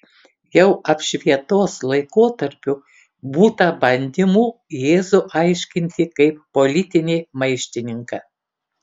jau apšvietos laikotarpiu būta bandymų jėzų aiškinti kaip politinį maištininką